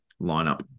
lineup